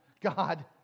God